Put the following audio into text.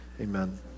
amen